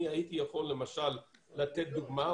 אני הייתי יכול למשל לתת דוגמה,